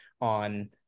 on